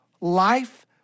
life